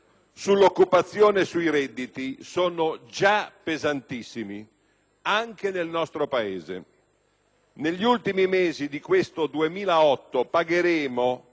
sull'occupazione e sui redditi sono già pesantissimi, anche nel nostro Paese. Negli ultimi mesi di questo 2008 pagheremo,